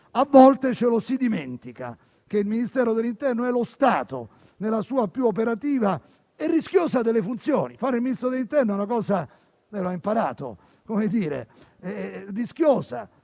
A volte si dimentica che il Ministero dell'interno è lo Stato nella sua più operativa e rischiosa delle funzioni. Fare il Ministro dell'interno è una cosa - lei lo ha imparato - rischiosa